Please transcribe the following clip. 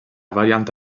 variante